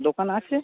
দোকান আছে